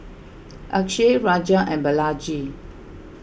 Akshay Raja and Balaji